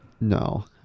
No